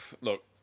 look